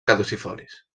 caducifolis